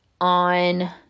on